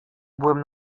byłem